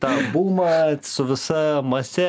tą bumą su visa mase